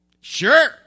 Sure